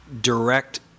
direct